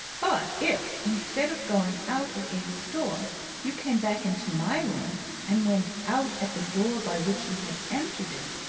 but if instead of going out at ada's door you came back into my room, and went out at the door by which you had entered it,